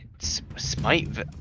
Smite